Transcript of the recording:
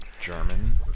German